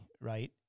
right